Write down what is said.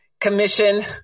commission